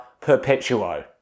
perpetuo